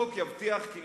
החוק יבטיח כי,